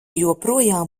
joprojām